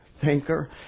thinker